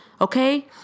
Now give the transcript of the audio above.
Okay